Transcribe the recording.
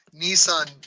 Nissan